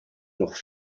noch